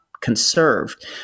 conserved